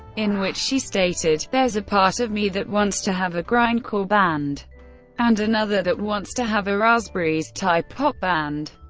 in which she stated there's a part of me that wants to have a grindcore band and another that wants to have a raspberries-type pop band.